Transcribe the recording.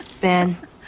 Ben